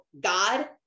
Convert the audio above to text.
God